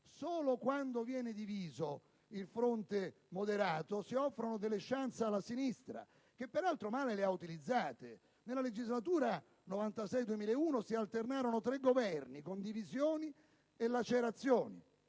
Solo quando viene diviso il fronte moderato si offrono delle *chance* alla sinistra, che peraltro le ha utilizzate male. Nella legislatura 1996-2001 si alternarono tre Governi con divisioni e lacerazioni.